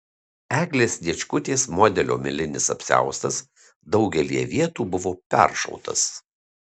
eglės sniečkutės modelio milinis apsiaustas daugelyje vietų buvo peršautas